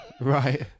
Right